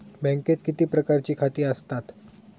बँकेत किती प्रकारची खाती आसतात?